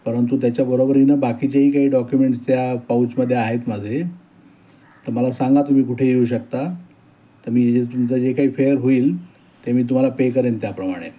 परंतु त्याच्या बरोबरीनं बाकीच्याही काही डॉक्युमेंट्स त्या पाऊचमध्ये आहेत माझे तर मला सांगा तुम्ही कुठे येऊ शकता तर मी तुमचं जे काही फेअर होईल ते मी तुम्हाला पे करेन त्याप्रमाणे